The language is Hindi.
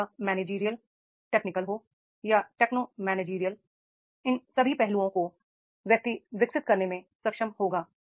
चाहे वह मैनेजरियल टेक्नोलॉजिकल हो या टेक्नो मैनेजरियल इन सभी पहलुओं को व्यक्ति विकसित करने में सक्षम होगा